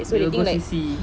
they'll go C_C